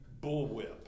bullwhip